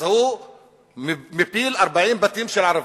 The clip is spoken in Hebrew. אז הוא מפיל 40 בתים של ערבים.